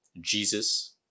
Jesus